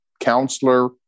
counselor